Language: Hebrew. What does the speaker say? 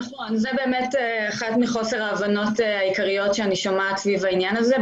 נכון, זה חוסר ההבנה שאני שומעת סביב העניין הזה.